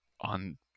on